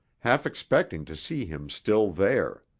half expecting to see him still there.